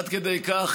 עד כדי כך,